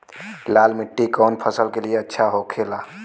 लाल मिट्टी कौन फसल के लिए अच्छा होखे ला?